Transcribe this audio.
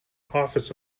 office